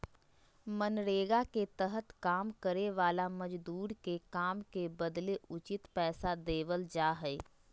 मनरेगा के तहत काम करे वाला मजदूर के काम के बदले उचित पैसा देवल जा हय